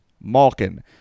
Malkin